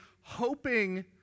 hoping